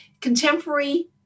contemporary